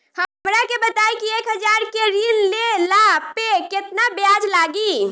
हमरा के बताई कि एक हज़ार के ऋण ले ला पे केतना ब्याज लागी?